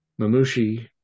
mamushi